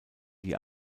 die